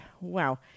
wow